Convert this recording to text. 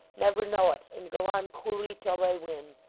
never know it, and go on coolly till they win.